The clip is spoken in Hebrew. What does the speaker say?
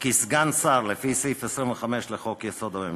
כסגן שר לפי סעיף 25 לחוק-יסוד: הממשלה,